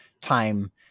time